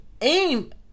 aim